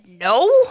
no